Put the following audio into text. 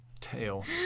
tail